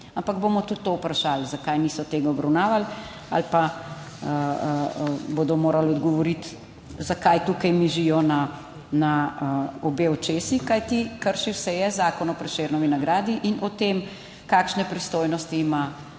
ampak bomo tudi to vprašali, zakaj niso tega obravnavali ali pa bodo morali odgovoriti, zakaj tukaj mižijo na obe očesi, kajti kršil se je Zakon o Prešernovi nagradi in o tem, kakšne pristojnosti ima